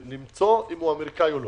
ולמצוא אם הוא אמריקאי או לא.